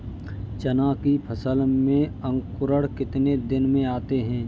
चना की फसल में अंकुरण कितने दिन में आते हैं?